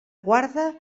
guarda